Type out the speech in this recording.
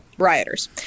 rioters